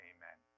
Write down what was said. Amen